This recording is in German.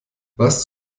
was